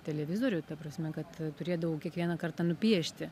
televizorių ta prasme kad turėdavau kiekvieną kartą nupiešti